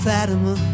Fatima